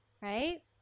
right